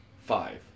Five